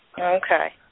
Okay